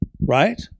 right